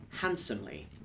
handsomely